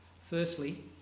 Firstly